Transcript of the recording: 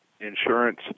insurance